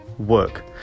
work